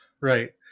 Right